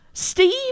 Steve